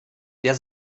der